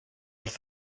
wrth